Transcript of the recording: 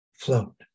float